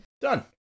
Done